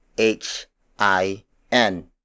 h-i-n